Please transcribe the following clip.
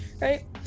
right